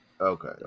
okay